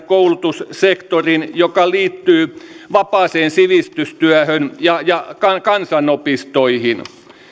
koulutussektorista joka liittyy vapaaseen sivistystyöhön ja kansan opistoihin